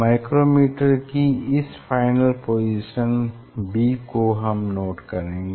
micrometer की इस final position b को हम नोट करेंगे